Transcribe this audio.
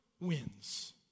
wins